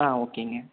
ஆ ஓகேங்க